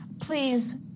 Please